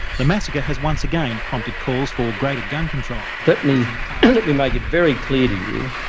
the massacre has once again prompted calls for greater gun control. let me let me make it very clear to you